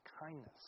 kindness